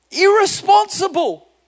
irresponsible